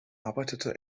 arbeitete